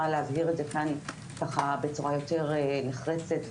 להבהיר את זה כאן בצורה יותר נחרצת וברורה,